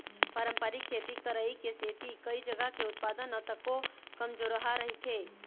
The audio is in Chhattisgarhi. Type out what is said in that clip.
पारंपरिक खेती करई के सेती कइ जघा के उत्पादन ह तको कमजोरहा रहिथे